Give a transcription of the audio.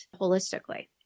holistically